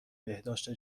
بهداشت